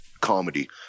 comedy